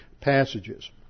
passages